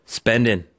spending